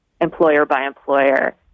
employer-by-employer